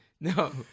No